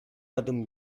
adım